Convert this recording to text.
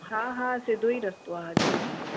हा हा सिधो ई रस्तो आहे जी जी